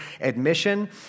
admission